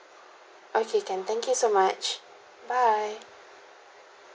okay can thank you so much bye